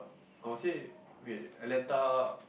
I would say wait Atlanta